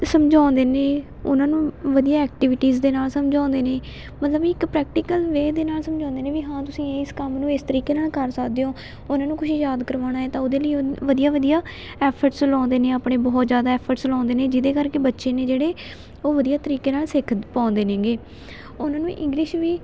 ਸਮਝਾਉਂਦੇ ਨੇ ਉਹਨਾਂ ਨੂੰ ਵਧੀਆ ਐਕਟੀਵਿਟੀਜ਼ ਦੇ ਨਾਲ ਸਮਝਾਉਂਦੇ ਨੇ ਮਤਲਬ ਇੱਕ ਪ੍ਰੈਕਟੀਕਲ ਵੇ ਦੇ ਨਾਲ ਸਮਝਾਉਂਦੇ ਨੇ ਵੀ ਹਾਂ ਤੁਸੀਂ ਇਸ ਕੰਮ ਨੂੰ ਇਸ ਤਰੀਕੇ ਨਾਲ ਕਰ ਸਕਦੇ ਹੋ ਉਹਨਾਂ ਨੂੰ ਕੁਛ ਯਾਦ ਕਰਵਾਉਣਾ ਏ ਤਾਂ ਉਹਦੇ ਲਈ ਵਧੀਆ ਵਧੀਆ ਐਫਰਟਸ ਲਾਉਂਦੇ ਨੇ ਆਪਣੇ ਬਹੁਤ ਜ਼ਿਆਦਾ ਐਫਰਟਸ ਲਾਉਂਦੇ ਨੇ ਜਿਹਦੇ ਕਰਕੇ ਬੱਚੇ ਨੇ ਜਿਹੜੇ ਉਹ ਵਧੀਆ ਤਰੀਕੇ ਨਾਲ ਸਿੱਖ ਪਾਉਂਦੇ ਨੇਗੇ ਉਹਨਾਂ ਨੂੰ ਇੰਗਲਿਸ਼ ਵੀ